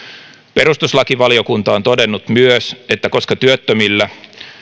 perustuslakivaliokunta on todennut myös että koska työttömillä